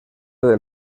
del